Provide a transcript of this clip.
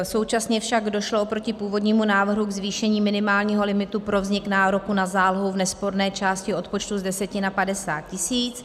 Současně však došlo oproti původnímu návrhu ke zvýšení minimálního limitu pro vznik nároku na zálohu v nesporné části odpočtu z 10 na 50 tisíc.